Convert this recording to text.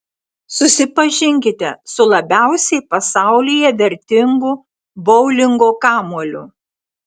susipažinkite su labiausiai pasaulyje vertingu boulingo kamuoliu